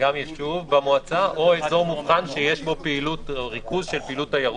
גם יישוב במועצה או אזור מובחן שיש בו ריכוז של פעילות תיירותית,